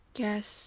guess